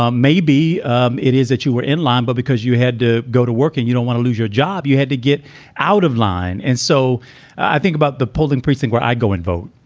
um maybe um it is that you were in limbo but because you had to go to work and you don't want to lose your job. you had to get out of line. and so i think about the polling precinct where i go and vote,